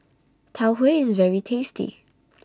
Tau Huay IS very tasty